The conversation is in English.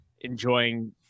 enjoying